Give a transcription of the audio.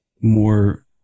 more